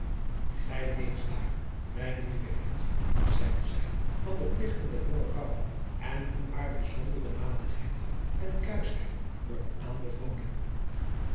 gij leest daar mijn lieve hilletje zeide zij van de pligten der jonge vrouwen en hoe haar bijzonder de matigheid en kuischheid worden aanbevolen